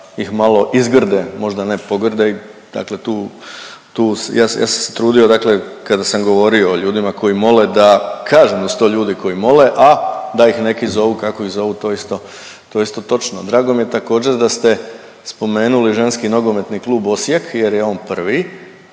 ih malo izgrde, možda ne pogrde, dakle tu, tu, ja, ja sam se trudio dakle kada sam govorio o ljudima koji mole da kažem da su to ljudi koji mole, a da ih neki zovu kako ih zovu, to je isto, to je isto točno. Drago mi je također da ste spomenuli ženski NK Osijek jer je on prvi,